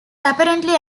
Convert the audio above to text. apparently